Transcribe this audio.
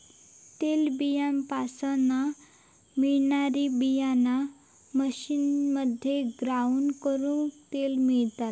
तेलबीयापासना मिळणारी बीयाणा मशीनमध्ये ग्राउंड करून तेल मिळता